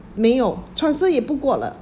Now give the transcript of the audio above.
没有 transfer 也不过了